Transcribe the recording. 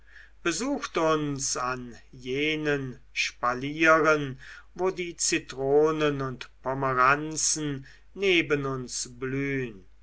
besucht uns an jenen spalieren wo die zitronen und pomeranzen neben uns blühn